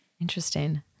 Interesting